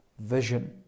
vision